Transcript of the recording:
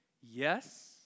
yes